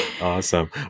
Awesome